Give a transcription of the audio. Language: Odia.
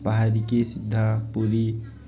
ବାହାରିକି ସିଧା ପୁରୀ